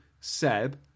Seb